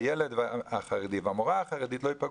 הילד החרדי והמורה החרדית לא ייפגעו.